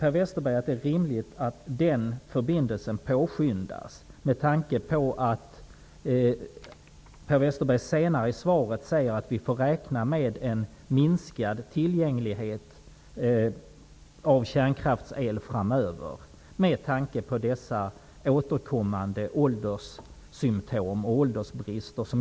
Per Westerberg säger ju längre fram i svaret att vi får räkna med en minskad tillgänglighet av kärnkraftsel framöver, med tanke på dessa återkommande ålderssymtom och åldersbrister.